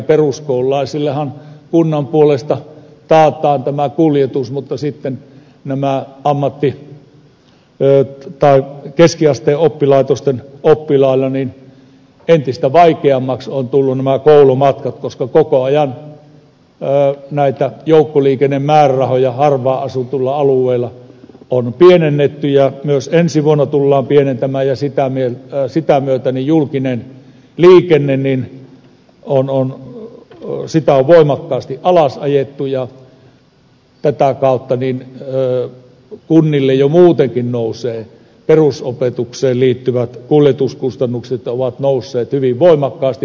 peruskoululaisillehan kunnan puolesta taataan tämä kuljetus mutta sitten ammatti tai keskiasteen oppilaitosten oppilaille entistä vaikeammiksi ovat tulleet nämä koulumatkat koska koko ajan näitä joukkoliikennemäärärahoja harvaanasutuilla alueilla on pienennetty ja myös ensi vuonna tullaan pienentämään ja sitä myötä julkista liikennettä on voimakkaasti alasajettu ja tätä kautta kuntien perusopetukseen liittyvät kuljetuskustannukset ovat nousseet jo muutenkin hyvin voimakkaasti